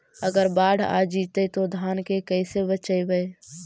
अगर बाढ़ आ जितै तो धान के कैसे बचइबै?